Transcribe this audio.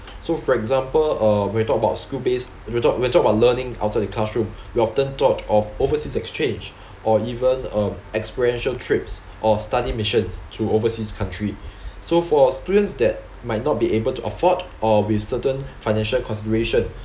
so for example uh when you talk about school based when you talk when you talk about learning outside the classroom we often thought of overseas exchange or even um experiential trips or study missions to overseas country so for students that might not be able to afford or with certain financial consideration